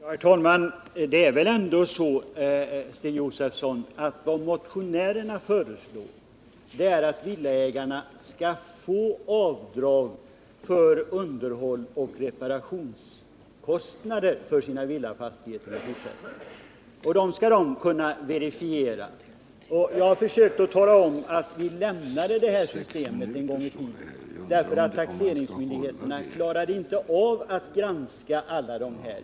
Herr talman! Det är väl ändå så, Stig Josefson, att vad motionärerna föreslår är att villaägarna skall få göra avdrag för underhållsoch reparationskostnader, och dessa kostnader skall de kunna verifiera. Jag har försökt tala om att vi lämnade det systemet en gång i tiden därför att taxeringsmyndigheterna inte klarade av att granska alla dessa fall.